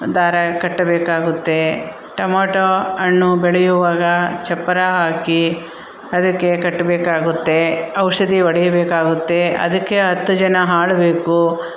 ದಾರ ಕಟ್ಟಬೇಕಾಗುತ್ತೆ ಟೊಮೊಟೊ ಹಣ್ಣು ಬೆಳೆಯುವಾಗ ಚಪ್ಪರ ಹಾಕಿ ಅದಕ್ಕೆ ಕಟ್ಟಬೇಕಾಗುತ್ತೆ ಔಷಧಿ ಹೊಡೀಬೇಕಾಗುತ್ತೆ ಅದಕ್ಕೆ ಹತ್ತು ಜನ ಆಳ್ ಬೇಕು